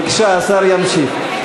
בבקשה, השר ימשיך.